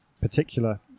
particular